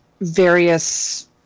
various